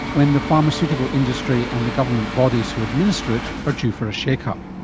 when the pharmaceutical industry and the government bodies who administer it are due for a shake up.